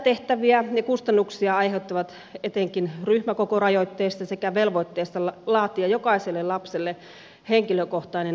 lisätehtäviä ja kustannuksia aiheutuu etenkin ryhmäkokorajoitteesta sekä velvoitteesta laatia jokaiselle lapselle henkilökohtainen varhaiskasvatussuunnitelma